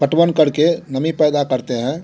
पटवन कर के नमी पैदा करते हैं